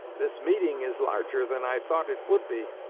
this meeting is larger than i thought it would be.